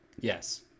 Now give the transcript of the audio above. Yes